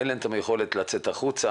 אין להם יכולת לצאת החוצה